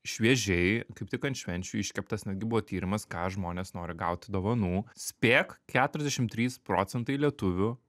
šviežiai kaip tik ant švenčių iškeptas netgi buvo tyrimas ką žmonės nori gauti dovanų spėk keturiasdešim trys procentai lietuvių